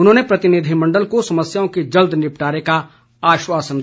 उन्होंने प्रतिनिधिमण्डल को समस्याओं के जल्द निपटारे का आश्वासन दिया